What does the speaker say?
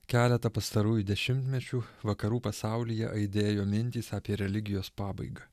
keletą pastarųjų dešimtmečių vakarų pasaulyje aidėjo mintys apie religijos pabaigą